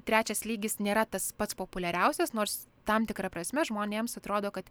trečias lygis nėra tas pats populiariausias nors tam tikra prasme žmonėms atrodo kad